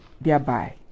thereby